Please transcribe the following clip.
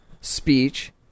speech